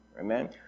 Amen